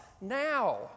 now